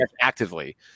actively